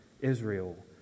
Israel